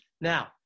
Now